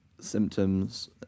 symptoms